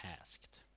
asked